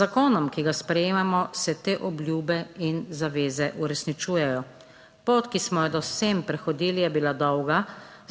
zakonom, ki ga sprejemamo se te obljube in zaveze uresničujejo. Pot, ki smo jo do sem prehodili, je bila dolga,